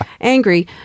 angry